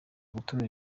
gutuma